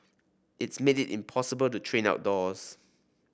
it's made it impossible to train outdoors